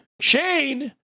Shane